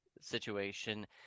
situation